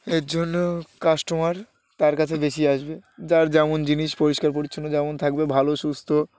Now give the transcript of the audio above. এর জন্য কাস্টমার তার কাছে বেশি আসবে যার যেমন জিনিস পরিষ্কার পরিচ্ছন্ন যেমন থাকবে ভালো সুস্থ